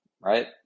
right